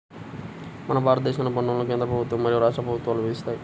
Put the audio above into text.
మన భారతదేశంలో పన్నులను కేంద్ర ప్రభుత్వం మరియు రాష్ట్ర ప్రభుత్వాలు విధిస్తాయి